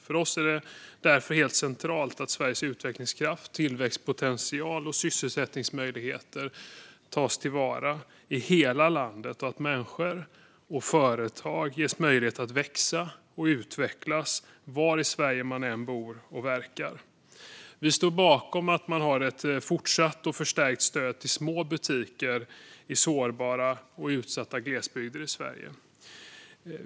För oss är det därför helt centralt att Sveriges utvecklingskraft, tillväxtpotential och sysselsättningsmöjligheter ska tas till vara i hela landet och att människor och företag ges möjligheter att växa och utvecklas oavsett var i Sverige man än bor och verkar. Vi står bakom att man har ett fortsatt och förstärkt stöd till små butiker i sårbara och utsatta glesbygder i Sverige.